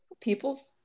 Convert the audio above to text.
People